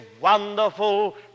wonderful